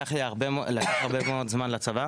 לקח הרבה מאוד זמן לצבא